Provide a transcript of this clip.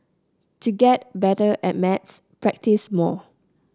to get better at maths practise more